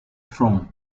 from